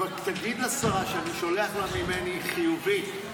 תגיד לשרה שאני שולח לה ממני מסר חיובי: